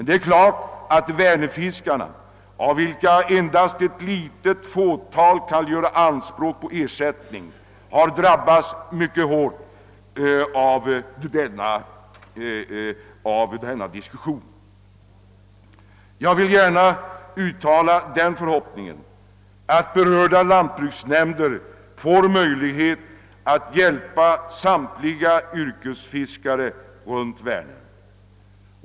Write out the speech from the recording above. Det är klart att Vänern-fiskarna, av vilka endast ett litet fåtal kan göra anspråk på ersättning, har drabbats mycket hårt. Jag hoppas att berörda landstingsnämnder får möjlighet att hjälpa samtliga yrkesfiskare runt Vänern.